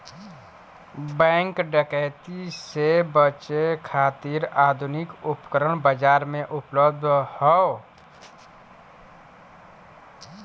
bank डकैती से बचे खातिर आधुनिक उपकरण बाजार में उपलब्ध हौ